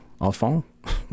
Enfant